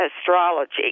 astrology